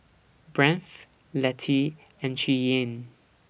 Brandt's Lettie and Cheyenne